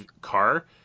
car